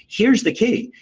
here's the key.